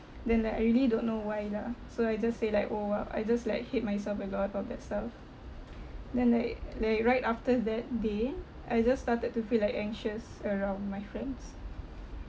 then like I really don't know why lah so I just say like oh ah I just like hate myself a lot all that stuff then like like right after that day I just started to feel like anxious around my friends